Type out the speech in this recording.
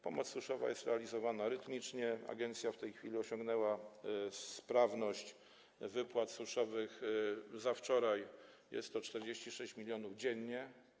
Pomoc suszowa jest realizowana rytmicznie, agencja w tej chwili osiągnęła sprawność wypłat suszowych, i za wczoraj jest to 46 mln dziennie.